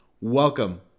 Welcome